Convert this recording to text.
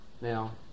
Now